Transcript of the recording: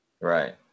Right